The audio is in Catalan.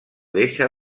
deixa